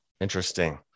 Interesting